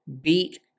beat